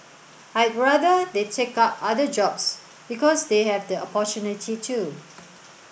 I'd rather they take up other jobs because they have the opportunity to